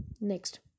Next